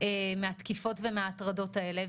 שרים האחרונה,